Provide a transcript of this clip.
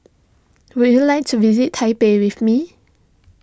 would you like to visit Taipei with me